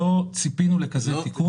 לא ציפינו לכזה תיקון.